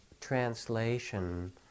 translation